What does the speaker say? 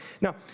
Now